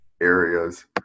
areas